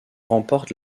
remportent